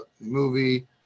movie